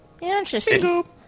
Interesting